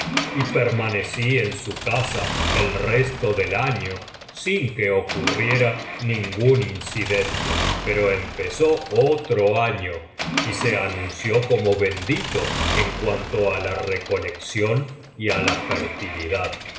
y permanecí en su casa el resto del año sin que ocurriera ningún incidente pero empezó otro ano y se anunció como bendito en cuanto á la recolección y la fertilidad